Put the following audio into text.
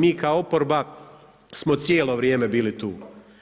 Mi kao oporba smo cijelo vrijeme bili tu,